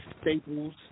Staples